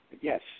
Yes